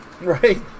Right